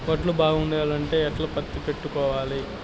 వడ్లు బాగుండాలంటే ఎట్లా ఎత్తిపెట్టుకోవాలి?